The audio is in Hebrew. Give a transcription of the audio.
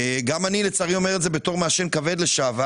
גם אני לצערי אומר את זה כמעשן כבד לשעבר.